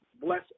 Bless